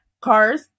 cars